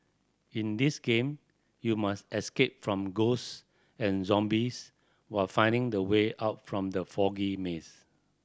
in this game you must escape from ghost and zombies while finding the way out from the foggy maze